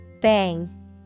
Bang